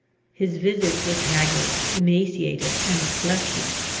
his visage was haggard, emaciated, and fleshless.